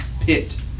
pit